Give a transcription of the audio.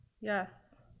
Yes